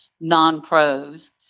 non-pros